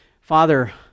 Father